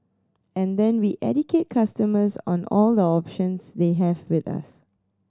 and then we educate customers on all the options they have with us